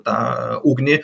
tą ugnį